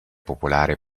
popolare